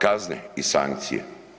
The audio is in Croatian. Kazne i sankcije.